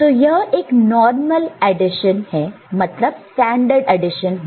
तो यह एक नॉर्मल एडिशन मतलब स्टैंडर्ड एडिशन होगा